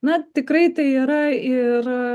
na tikrai tai yra ir